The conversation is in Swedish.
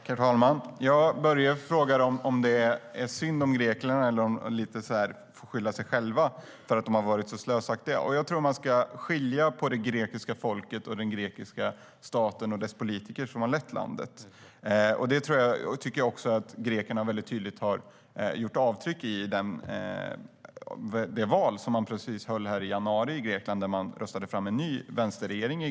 Herr talman! Börje inledde med att fråga om man ska tycka synd om Grekland eller om grekerna får skylla sig själva för att de har varit slösaktiga. Man ska nog skilja på det grekiska folket och den grekiska staten och dess politiker som har styrt landet. Grekerna har också väldigt tydligt gjort avtryck i det val som hölls i januari i Grekland då man röstade fram en ny vänsterregering.